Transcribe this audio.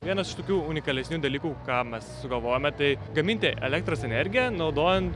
vienas iš tokių unikalesnių dalykų ką mes sugalvojome tai gaminti elektros energiją naudojant